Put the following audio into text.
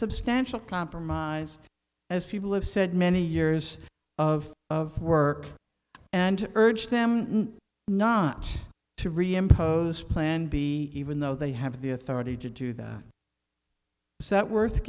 substantial compromise as people have said many years of of work and urged them not to reimpose plan b even though they have the authority to do that that worth